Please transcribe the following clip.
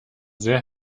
sehr